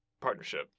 partnership